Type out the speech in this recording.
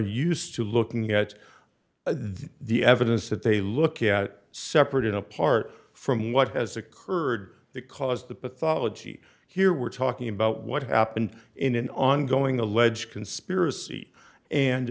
used to looking at the evidence that they look at separate and apart from what has occurred because the pathology here we're talking about what happened in an ongoing alleged conspiracy and